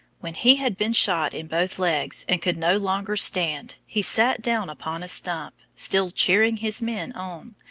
when he had been shot in both legs, and could no longer stand, he sat down upon a stump, still cheering his men on,